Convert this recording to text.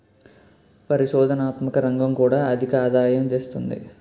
పరిశోధనాత్మక రంగం కూడా అధికాదాయం తెస్తుంది